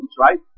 right